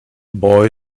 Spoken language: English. boy